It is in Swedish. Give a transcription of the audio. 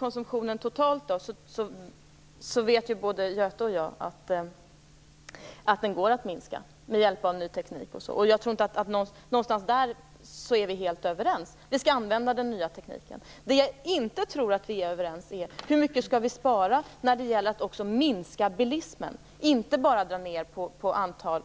Både Göte Jonsson och jag vet att den totala energikonsumtionen går att minska med hjälp av ny teknik och annat. Här tror jag att vi är helt överens om att den nya tekniken skall användas. Däremot tror jag inte att vi är överens om hur mycket vi skall spara när det gäller att också minska bilismen, inte bara minska